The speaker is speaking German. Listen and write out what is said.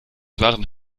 waren